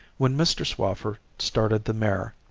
when mr. swaffer started the mare,